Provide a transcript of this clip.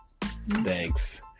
thanks